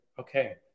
okay